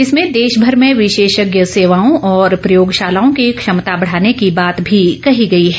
इसमें देशभर में विशेषज्ञ सेवाओं और प्रयोगशालाओं की क्षमता बढ़ाने की बात भी कही गई है